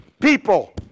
People